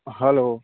hello